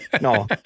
no